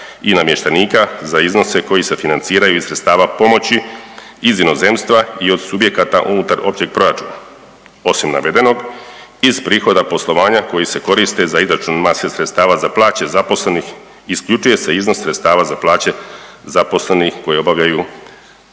i namještenika za iznose koji se financiraju iz sredstava pomoći iz inozemstva i od subjekata unutar općeg proračuna. Osim navedenog, iz prihoda poslovanja koji se koriste za izračun mase sredstava za plaće zaposlenih isključuje se iznos sredstava za plaće zaposlenih koje obavljaju povjerene